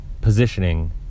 positioning